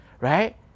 right